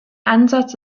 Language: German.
ansatz